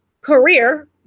career